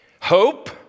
hope